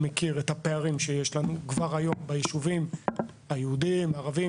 מכירים את הפערים שיש לנו כבר היום ביישובים יהודים וערבים,